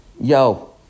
Yo